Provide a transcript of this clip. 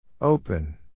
Open